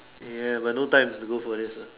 ya but no time to go for this lah